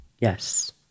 Yes